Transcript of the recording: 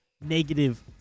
negative